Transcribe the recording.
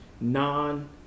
non